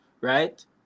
right